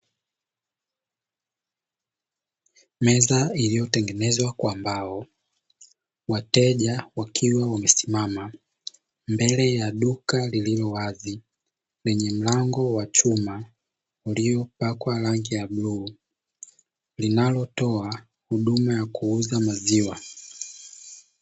Meza iliyotengenezwa kwa mbao, wateja wakiwa wamesimama mbele ya duka lililowazi lenye mlango wa chuma uliyopakwa rangi ya bluu linalotoa huduma ya kuuza maziwa.